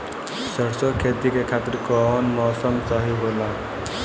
सरसो के खेती के खातिर कवन मौसम सही होला?